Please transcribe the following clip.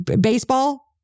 baseball